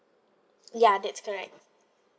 ya that's correct